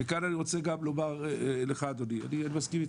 מכאן אני רוצה לומר לך אדוני, אני מסכים איתך.